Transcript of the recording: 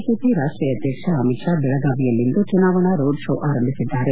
BJP ರಾಷ್ಷೀಯ ಅಧ್ಯಕ್ಷ ಅಮಿತ್ ಶಾ ಬೆಳಗಾವಿಯಲ್ಲಿಂದು ಚುನಾವಣಾ ರೋಡ್ ಶೋ ಆರಂಭಿಸಿದ್ದಾರೆ